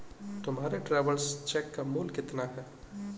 तुम्हारे travellers cheque का मूल्य कितना है?